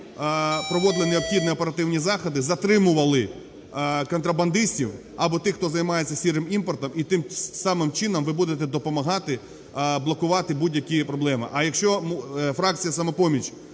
проводили необхідні оперативні заходи, затримували контрабандистів, або тих, хто займається "сірим" імпортом. І таким саме чином ви будете допомагати блокувати будь-які проблеми. А якщо фракція "Самопоміч"